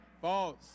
False